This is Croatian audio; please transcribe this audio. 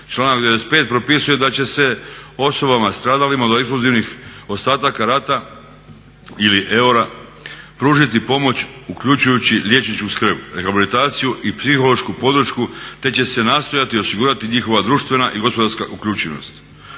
članak 95. propisuje da će osobama stradalima od eksplozivnih ostataka rata ili … pružiti pomoć, uključujući liječničku skrb, rehabilitaciju i psihološku podršku te će se nastojati osigurati njihova društvena i gospodarska uključenost.